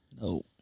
No